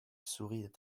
sourit